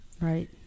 right